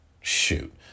Shoot